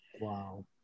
Wow